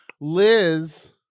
Liz